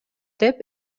деп